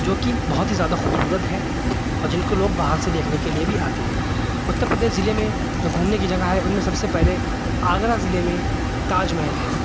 جوکہ بہت ہی زیادہ خوبصورت ہے اور جن کو لوگ باہر سے دیکھنے کے لیے بھی آتے ہیں اتر پردیش ضلع میں جو گھومنے کی جگہ ہے ان میں سب سے پہلے آگرہ ضلع میں تاج محل ہے